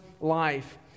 life